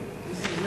הסגנים